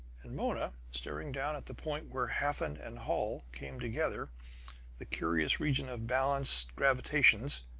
and mona, staring down at the point where hafen and holl came together the curious region of balanced gravitations,